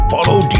Follow